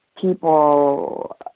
people